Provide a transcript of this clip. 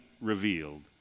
revealed